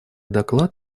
доклад